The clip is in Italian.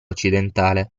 occidentale